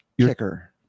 kicker